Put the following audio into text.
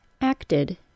acted